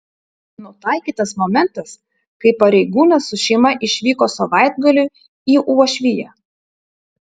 nutaikytas momentas kai pareigūnas su šeima išvyko savaitgaliui į uošviją